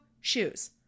Shoes